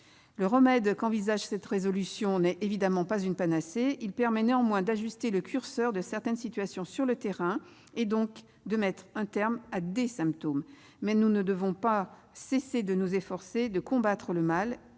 cette proposition de résolution n'est évidemment pas une panacée. Il permet néanmoins d'ajuster le curseur de certaines situations sur le terrain et donc de mettre un terme à des symptômes. Mais nous ne devons pas cesser de nous efforcer de combattre le mal,